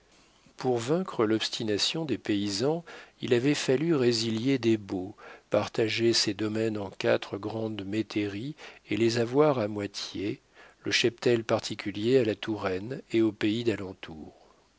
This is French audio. pour vaincre l'obstination des paysans il avait fallu résilier des baux partager ses domaines en quatre grandes métairies et les avoir à moitié le cheptel particulier à la touraine et aux pays